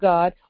God